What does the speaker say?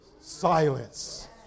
silence